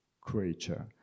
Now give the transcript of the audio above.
creature